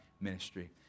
ministry